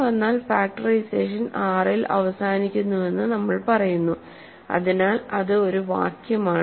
അങ്ങിനെ വന്നാൽ factorisation R ൽ അവസാനിക്കുന്നുവെന്നു നമ്മൾ പറയുന്നു അതിനാൽ അത് ഒരു വാക്യമാണ്